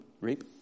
reap